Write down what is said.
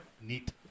Neat